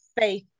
faith